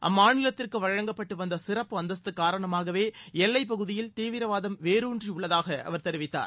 அம்மாநிலத்திற்கு வழங்கப்பட்டு வந்த சிறப்பு அந்தஸ்த்து காரணமாகவே எல்லைப் பகுதியில் தீவிரவாதம் வேரூன்றியுள்ளதாக அவர் தெரிவித்தார்